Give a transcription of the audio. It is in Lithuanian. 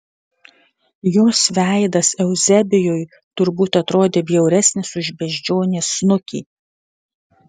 jos veidas euzebijui turbūt atrodė bjauresnis už beždžionės snukį